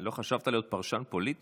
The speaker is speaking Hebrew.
לא חשבת להיות פרשן פוליטי,